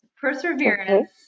Perseverance